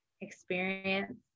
experience